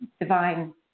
divine